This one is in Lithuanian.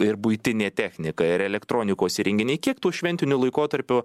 ir buitinė technika ir elektronikos įrenginiai kiek tų šventiniu laikotarpiu